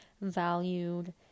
valued